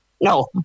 no